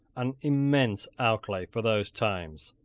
an immense outlay for those times.